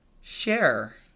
share